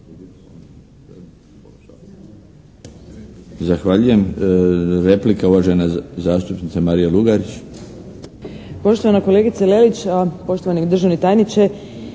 Zahvaljujem. Replika, uvažena zastupnica Marija Lugarić.